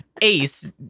ace